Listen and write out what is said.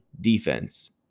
defense